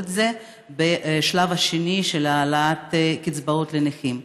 את זה בשלב השני של העלאת קצבאות לנכים.